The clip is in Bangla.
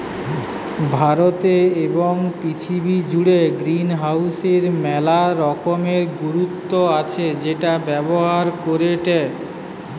ভারতে এবং পৃথিবী জুড়ে গ্রিনহাউসের মেলা রকমের গুরুত্ব আছে সেটা ব্যবহার করেটে